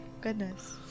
Goodness